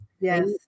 Yes